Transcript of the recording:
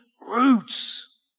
roots